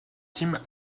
tim